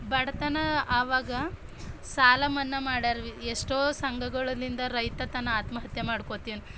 ಬಡತನ ಆವಾಗ ಸಾಲ ಮನ್ನ ಮಾಡರ್ವಿ ಎಷ್ಟೋ ಸಂಘಗಳಿಂದ ರೈತ ತನ್ನ ಆತ್ಮಹತ್ಯೆ ಮಾಡ್ಕೊತೀನಿ